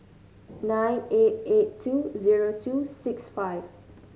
nine eight eight two zero two six five